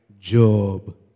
Job